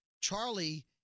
Charlie